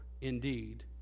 indeed